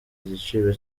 igiciro